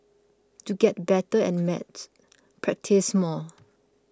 to get better at maths practise more